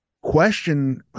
question